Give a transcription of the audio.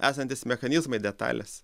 esantys mechanizmai detalės